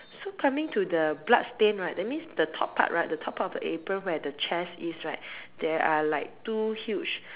so coming to the blood stain right that means the top part right the top part of the apron where the chest is right there are like two huge